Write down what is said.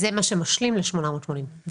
זה מה שמשלים ל-882.